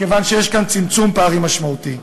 מכיוון שיש כאן צמצום פערים משמעותי,